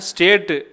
State